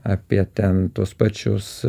apie ten tuos pačius